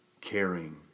caring